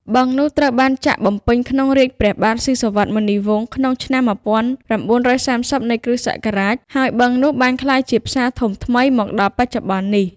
បឹងនោះត្រូវបានចាក់បំពេញក្នុងរាជព្រះបាទ សុីសុវត្ថ មុនីវង្ស ក្នុងឆ្នាំ ១៩៣០ នៃគ.សករាជ ហើយបឹងនោះបានក្លាយជា ផ្សារធំថ្មី មកដល់បច្ចុប្បន្ននេះ ។